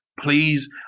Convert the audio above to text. Please